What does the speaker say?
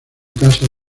casa